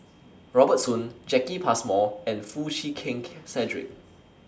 Robert Soon Jacki Passmore and Foo Chee Keng Key Cedric